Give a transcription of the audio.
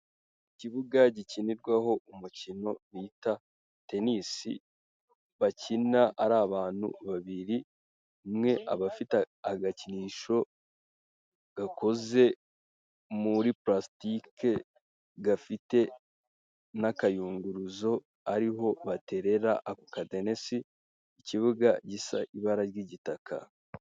Ikibuga gikinirwaho umukino bita tenisi bakina ari abantu babiri, umwe abafite agakinisho gakoze muri pulastike gafite n'akayunguruzo ariho baterera ako kadenesi, ikibuga gisa ibara ry'igitaka.